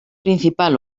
principal